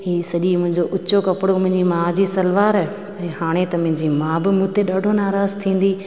हीअ सॼी मुंहिंजो उचो कपिड़ो मुंहिंजी माउ जी सलवार ऐं हाणे त मुंहिंजी माउ बि मूं ते ॾाढो नाराज़ थींदी